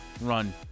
run